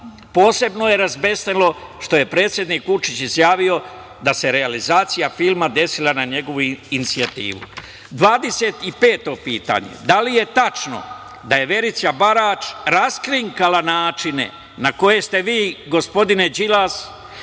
posebno je razbesnelo što je predsednik Vučić izjavio da se realizacija filma desila na njegovu inicijativu. Pitanje broj 25. - da li je tačno da je Verica Barać raskrinkala načine na koje ste vi, gospodine Đilas,